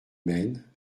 maine